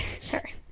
sorry